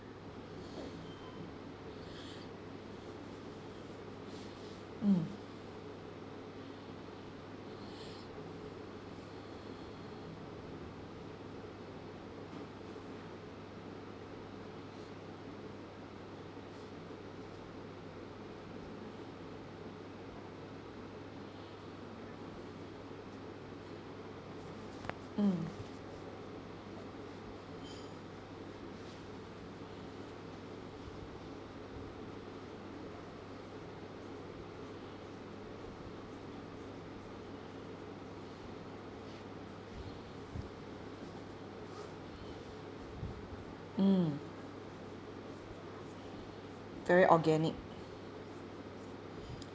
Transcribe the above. mm mm mm very organic